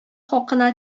хакына